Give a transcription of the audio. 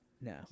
no